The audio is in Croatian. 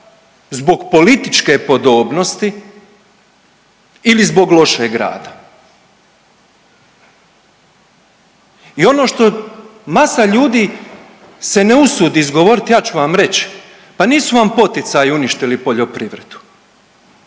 zbog političke podobnosti ili zbog lošeg rada. I ono što masa ljudi se ne usudi izgovoriti ja ću vam reći, pa nisu vam poticaji uništili poljoprivredu,